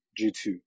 g2